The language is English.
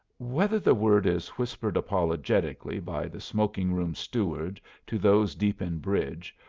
whether the word is whispered apologetically by the smoking-room steward to those deep in bridge,